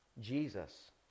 Jesus